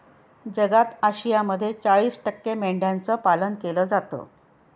जगात आशियामध्ये चाळीस टक्के मेंढ्यांचं पालन केलं जातं